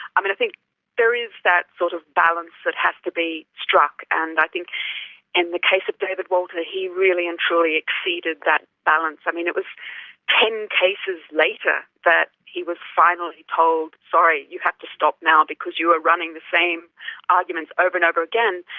i think there is that sort of balance that has to be struck, and i think in the case of david walter, he really and truly exceeded that balance. i mean it was ten cases later that he was finally told sorry, you have to stop now because you are running the same arguments over and over again',